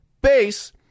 base